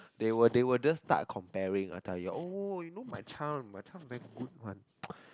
they would they would just start comparing I tell you oh you know my child my child very good one